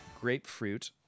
grapefruit